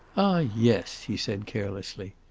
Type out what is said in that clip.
ah, yes, he said, carelessly.